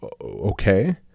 okay